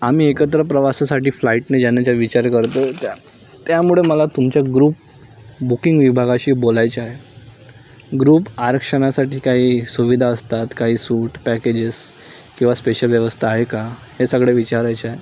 आम्ही एकत्र प्रवासासाठी फ्लाईटने जाण्याचा विचार करतो आहे त्या त्यामुळे मला तुमच्या ग्रुप बुकिंग विभागाशी बोलायचं आहे ग्रुप आरक्षणासाठी काही सुविधा असतात काही सूट पॅकेजेस किंवा स्पेशल व्यवस्था आहे का हे सगळे विचारायचं आहे